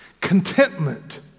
contentment